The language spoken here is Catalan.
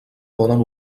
poden